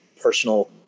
personal